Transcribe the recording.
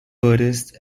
buddhist